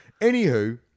Anywho